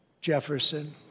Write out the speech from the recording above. Jefferson